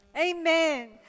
Amen